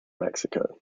mexico